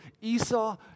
Esau